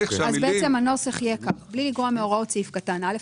אז בעצם הנוסח יהיה כך: מבלי לגרוע מהוראות סעיף קטן (א),